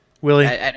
Willie